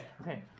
okay